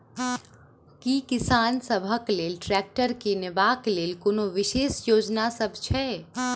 की किसान सबहक लेल ट्रैक्टर किनबाक लेल कोनो विशेष योजना सब छै?